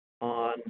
on